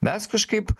mes kažkaip